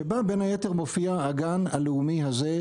שבה בין היתר מופיע הגן הלאומי הזה,